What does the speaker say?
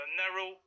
narrow